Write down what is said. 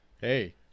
hey